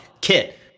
Kit